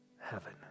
heaven